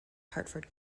hartford